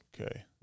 Okay